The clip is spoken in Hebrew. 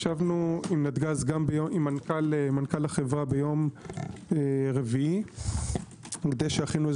ישבנו עם מנכ"ל החברה ביום רביעי כדי שיכינו-